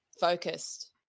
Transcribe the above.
focused